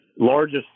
largest